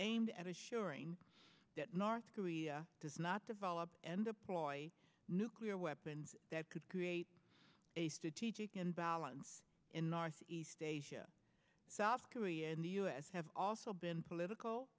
aimed at ensuring that north korea does not develop and deploy nuclear weapons that could create a strategic and balance in northeast asia south korea and the u s have also been political